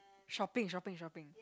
shopping shopping shopping